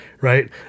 right